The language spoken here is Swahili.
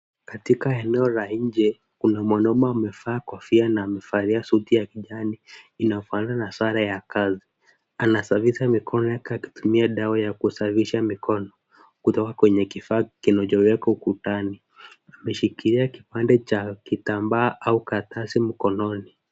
Katika eneo la nje, kuna mwanaume amevaa kofia na amevalia suti ya kijani, inafanana na sare ya kazi. Anasafisha mikono yake, akitumia dawa ya kusafisha mikono kutoka kwenye kifaa kinachowekwa ukutani. Ameshikilia kipande cha kitambaa au karatasi mkononi.